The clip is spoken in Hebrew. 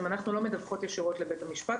אנחנו לא מדווחות ישירות לבית המשפט,